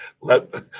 let